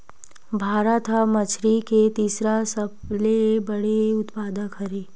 भारत हा मछरी के तीसरा सबले बड़े उत्पादक हरे